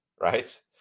right